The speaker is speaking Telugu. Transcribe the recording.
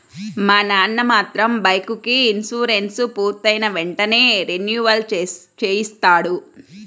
మా నాన్న మాత్రం బైకుకి ఇన్సూరెన్సు పూర్తయిన వెంటనే రెన్యువల్ చేయిస్తాడు